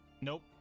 Nope